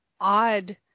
odd